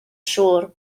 siŵr